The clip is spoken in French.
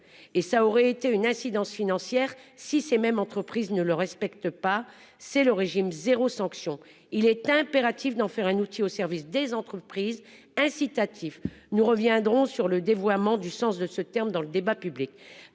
et ça aurait été une incidence financière si ces mêmes entreprises ne le respecte pas c'est le régime 0 sanction. Il est impératif d'en faire un outil au service des entreprises incitatif. Nous reviendrons sur le dévoiement du sens de ce terme dans le débat public.